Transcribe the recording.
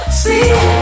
see